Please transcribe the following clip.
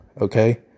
okay